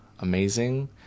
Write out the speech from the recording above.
amazing